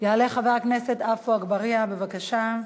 יעלה חבר הכנסת עפו אגבאריה, בבקשה.